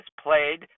played